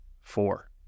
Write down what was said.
four